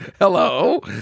hello